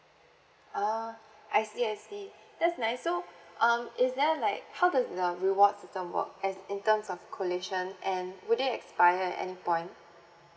oh I see I see that's nice so um is there like how does the reward system work as in terms of collation and would it expire at any point